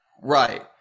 Right